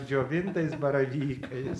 džiovintais baravykais